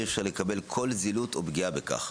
ואי אפשר לקבל כל זילות או פגיעה בכך.